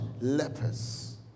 lepers